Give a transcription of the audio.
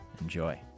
Enjoy